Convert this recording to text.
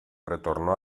retornó